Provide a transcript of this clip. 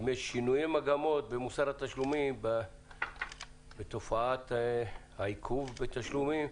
האם יש שינויי מגמות במוסר התשלומים ובתופעת העיכוב בתשלומים?